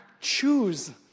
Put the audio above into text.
choose